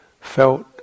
felt